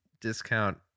discount